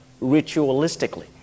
ritualistically